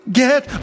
get